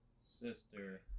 sister